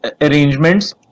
arrangements